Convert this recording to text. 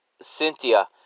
Cynthia